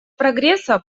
прогресса